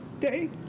day